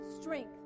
strength